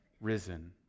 risen